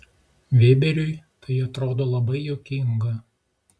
vėberiui tai atrodo labai juokinga